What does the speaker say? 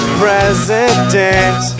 president